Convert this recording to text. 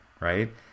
right